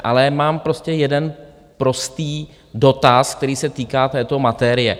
Ale mám jeden prostý dotaz, který se týká této materie.